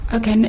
Okay